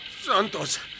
Santos